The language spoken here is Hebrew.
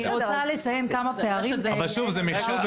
שוב, זה מחשוב.